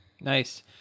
Nice